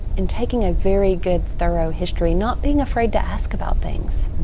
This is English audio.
and taking a very good thorough history. not being afraid to ask about things.